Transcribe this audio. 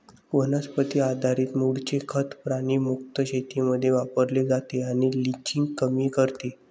वनस्पती आधारित मूळचे खत प्राणी मुक्त शेतीमध्ये वापरले जाते आणि लिचिंग कमी करते